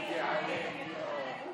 ועדת הכנסת התקבלה ברוב מכריע.